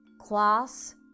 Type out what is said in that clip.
class